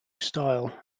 style